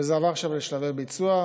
וזה עבר עכשיו לשלבי ביצוע.